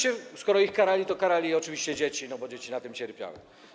I skoro ich karali, to karali oczywiście dzieci, no bo dzieci na tym cierpiały.